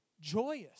joyous